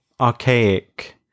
archaic